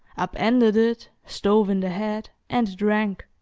upended it, stove in the head, and drank.